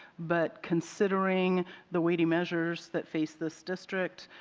but considering the weighting measures that face this district.